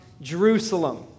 Jerusalem